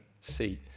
seat